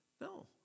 No